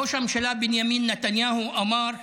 ראש הממשלה בנימין נתניהו אמר שחמאס,